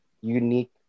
unique